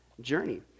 journey